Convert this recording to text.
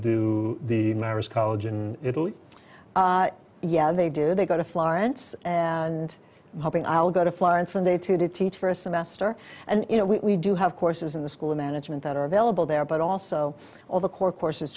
do the merest college in italy yeah they do they go to florence and hoping i'll go to florence from day to to teach for a semester and you know we do have courses in the school of management that are available there but also all the core courses